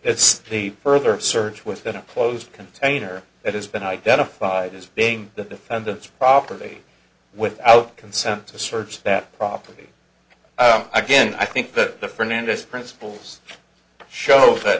it's a further search within a closed container that has been identified as being the defendant's property without consent to search that property again i think that the fernandez principles show that